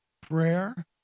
Prayer